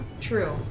True